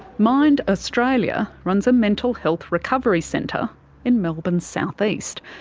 mind australia runs a mental health recovery centre in melbourne's south east.